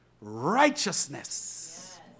righteousness